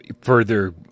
further